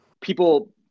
People